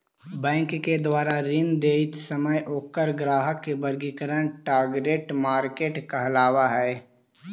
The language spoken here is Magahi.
बैंक के द्वारा ऋण देइत समय ओकर ग्राहक के वर्गीकरण टारगेट मार्केट कहलावऽ हइ